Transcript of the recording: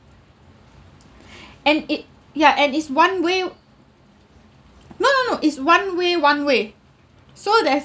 and it ya and is one way no no no is one way one way so there's